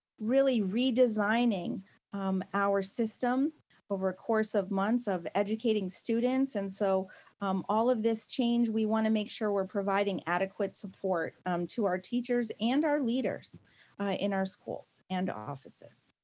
really redesigning um our system over a course of months of educating students and so all of this change we wanna make sure we're providing adequate support to our teachers and our leaders in our schools and our offices.